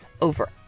over